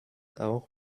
auch